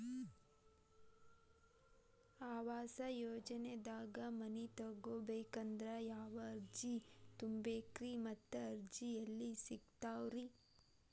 ಆವಾಸ ಯೋಜನೆದಾಗ ಮನಿ ತೊಗೋಬೇಕಂದ್ರ ಯಾವ ಅರ್ಜಿ ತುಂಬೇಕ್ರಿ ಮತ್ತ ಅರ್ಜಿ ಎಲ್ಲಿ ಸಿಗತಾವ್ರಿ?